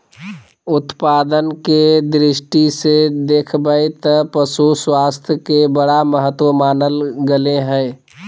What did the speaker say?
उत्पादन के दृष्टि से देख बैय त पशु स्वास्थ्य के बड़ा महत्व मानल गले हइ